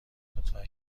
لطفا